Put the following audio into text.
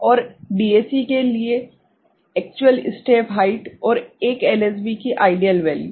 और डीएसी के लिए एक्चुअल स्टेप हाइट और 1 एलएसबी की आइडियल वैल्यू